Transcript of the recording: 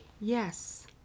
Yes